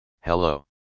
hello